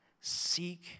Seek